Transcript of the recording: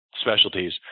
specialties